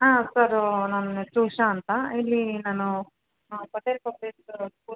ಹಾಂ ಸರೂ ನನ್ನ ಹೆಸರು ಉಷಾ ಅಂತ ಇಲ್ಲಿ ನಾನು